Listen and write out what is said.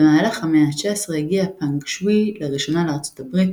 במהלך המאה ה-19 הגיע הפנג שווי לראשונה לארצות הברית